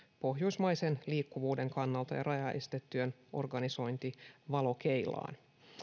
pohjoismaisen liikkuvuuden kannalta ja rajaestetyön organisointi valokeilaan